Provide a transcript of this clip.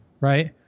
right